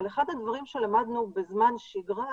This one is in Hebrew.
אבל אחד הדברים שלמדנו בזמן שגרה